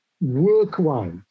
work-wise